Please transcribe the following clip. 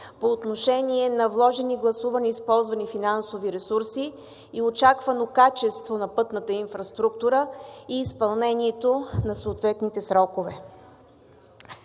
по отношение на вложени, гласувани, използвани финансови ресурси и очаквано качество на пътната инфраструктура и изпълнението на съответните срокове.